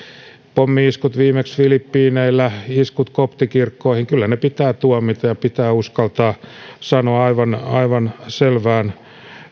pommi iskut viimeksi filippiineillä iskut koptikirkkoihin kyllä ne pitää tuomita ja pitää uskaltaa sanoa aivan aivan selvään